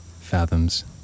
Fathoms